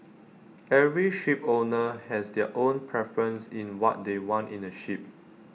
every shipowner has their own preference in what they want in A ship